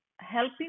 helping